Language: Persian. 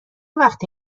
وقته